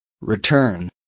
Return